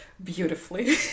beautifully